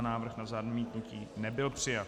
Návrh na zamítnutí nebyl přijat.